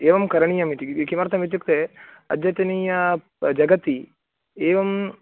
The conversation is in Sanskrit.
एवं करणीयम् इति किमर्थमित्युक्ते अद्यतनीय जगति एवं